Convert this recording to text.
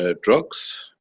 ah drugs,